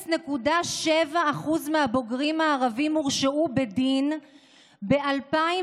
0.7% מהבוגרים הערבים הורשעו בדין ב-2017,